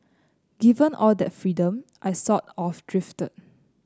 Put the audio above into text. given all that freedom I sort of drifted